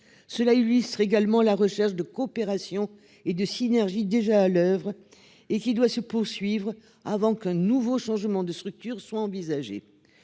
Cela illustre également la recherche de coopération et de synergies déjà à l'oeuvre et qui doit se poursuivre avant qu'un nouveau changement de structure soit envisagé.